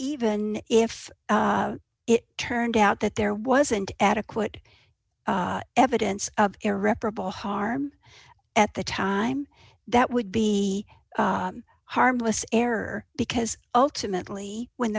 even if it turned out that there wasn't adequate evidence of irreparable harm at the time that would be harmless error because ultimately when